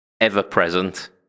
ever-present